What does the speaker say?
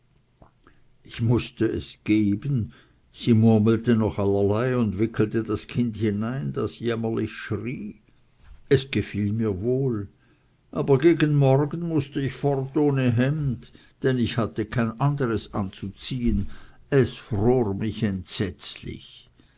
ich mußte es geben sie murmelte noch allerlei und wickelte das kind hinein das jämmerlich schrie es gefiel mir wohl aber gegen morgen mußte ich fort ohne hemd denn ich hatte kein anderes anzuziehen es fror mich entsetzlich